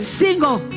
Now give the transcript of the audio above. single